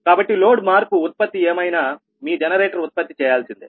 కాబట్టి లోడ్ మార్పు ఉత్పత్తి ఏమైనా మీ జనరేటర్ ఉత్పత్తి చేయాల్సిందే